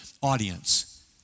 audience